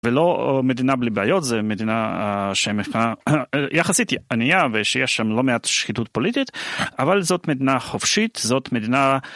ולא... מדינה בלי בעיות, זה מדינה א...שהם מפ-א...יחסית ענייה ושיש שם לא מעט שחיתות פוליטית, אבל זאת מדינה חופשית זאת מדינה...